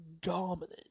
dominant